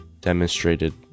demonstrated